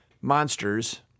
monsters